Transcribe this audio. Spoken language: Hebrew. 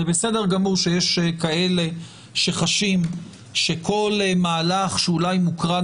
זה בסדר גמור שיש כאלה שחשים שכל מהלך שמוקרן